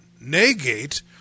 negate